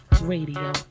Radio